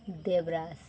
Debraj